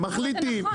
הם מחליטים,